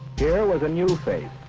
here was a new face.